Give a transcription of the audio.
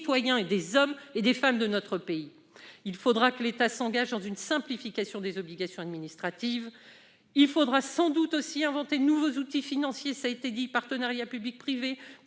des hommes et des femmes de notre pays. Il faudra que l'État engage une simplification des obligations administratives. Il faudra sans doute aussi inventer de nouveaux outils financiers, à l'instar des partenariats public-privé,